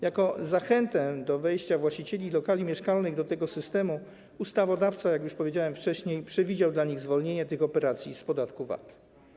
Jako zachętę do wejścia właścicieli lokali mieszkalnych do tego systemu ustawodawca, jak już powiedziałem wcześniej, przewidział dla nich zwolnienie tych operacji z podatku VAT.